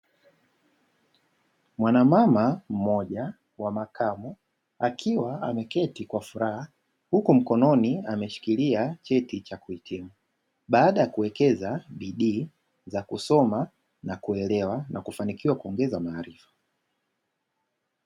Mwanamama mmoja wa makamu, akiwa ameketi kwa furaha, huku mkononi ameshikilia cheti cha kuhitimu, baada ya kuwekeza bidii za kusoma na kuelewa na kufanikiwa kuongeza maarifa.